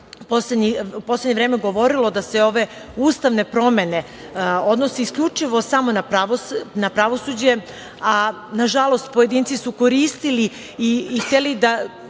poslednje vreme govorilo da se ove ustavne promene odnose isključivo i samo na pravosuđe, a nažalost pojedinci su koristili i hteli da